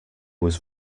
was